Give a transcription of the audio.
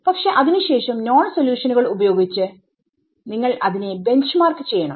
പക്ഷെ അതിനു ശേഷം നോൺ സൊല്യൂഷനുകൾ ഉപയോഗിച്ച് നിങ്ങൾ അതിനെ ബെഞ്ച് മാർക്ക് ചെയ്യണം